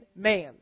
man